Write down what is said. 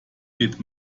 geht